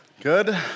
Good